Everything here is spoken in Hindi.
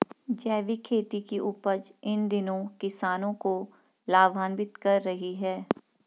जैविक खेती की उपज इन दिनों किसानों को लाभान्वित कर रही है